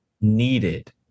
needed